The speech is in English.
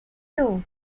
two